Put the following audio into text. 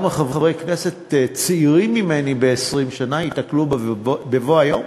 ואולי כמה חברי כנסת צעירים ממני ב-20 שנה ייתקלו בה בבוא היום.